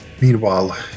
meanwhile